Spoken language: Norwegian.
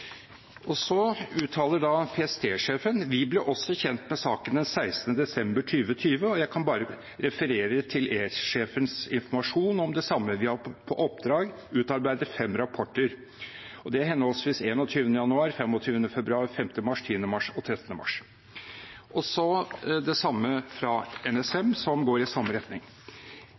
Så uttaler PST-sjefen: «Vi ble også først kjent med saken den 16. desember 2020, og der kan jeg bare kort referere til E-sjefens informasjon om det samme. Vi har på oppdrag fra Justis- og beredskapsdepartementet utarbeidet fem rapporter om det mulige oppkjøpet, og det er henholdsvis 21. januar, 25. februar, 5. mars, 10. mars og 13. mars.» Det samme fra NSM, som går i samme retning.